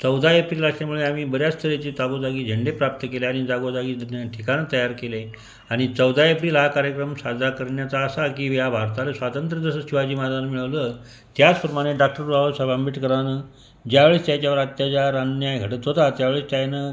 चौदा एप्रिल तारखेमुळे आम्ही बऱ्याच तऱ्हेचे जागोजागी झेंडे प्राप्त केले आणि जागोजागी निरनिराळे ठिकाणं तयार केले आणि चौदा एप्रिल हा कार्यक्रम साजरा करण्याचा असा की या भारताला स्वातंत्र्य जसं शिवाजी महाराजानं मिळवलं त्याचप्रमाणे डॉक्टर बाबासाहेब आंबेडकरानं ज्यावेळेस त्याच्यावर अत्याचार अन्याय घडत होता त्यावेळेस त्याइनं